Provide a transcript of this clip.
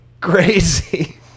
Crazy